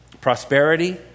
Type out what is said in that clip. Prosperity